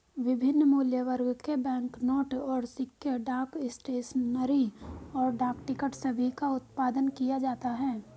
विभिन्न मूल्यवर्ग के बैंकनोट और सिक्के, डाक स्टेशनरी, और डाक टिकट सभी का उत्पादन किया जाता है